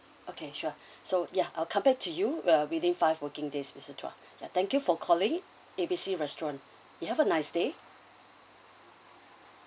okay sure so ya I'll come back to you uh within five working days mister chua thank thank you for calling A B C restaurant you have a nice day